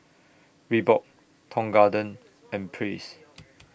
Reebok Tong Garden and Praise